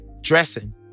Dressing